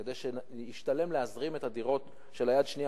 כדי שישתלם להזרים את הדירות של היד השנייה?